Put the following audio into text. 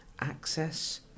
access